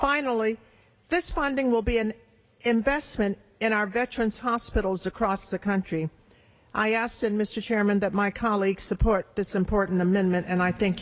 only this funding will be an investment in our veterans hospitals across the country i asked and mr chairman that my colleagues support this important amendment and i thank